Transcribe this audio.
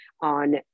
on